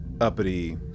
uppity